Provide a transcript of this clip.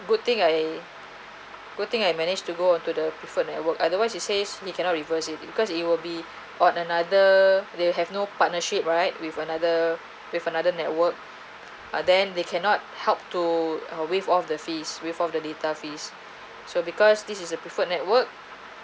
good thing I good thing I managed to go onto the prefer network otherwise he says he cannot reverse if you because it will be on another they'll have no partnership right with another with another network ah then they cannot help to waive of the fees waive off the data fees so because this is a preferred network